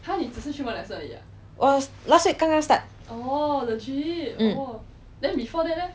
我 last week 刚刚 start